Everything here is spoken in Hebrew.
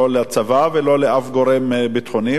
לא לצבא ולא לאף גורם ביטחוני,